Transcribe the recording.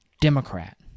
Democrat